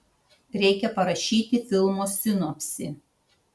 reikia parašyti filmo sinopsį